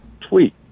tweet